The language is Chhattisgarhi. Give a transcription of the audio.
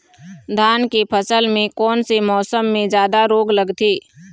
धान के फसल मे कोन से मौसम मे जादा रोग लगथे?